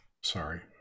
Sorry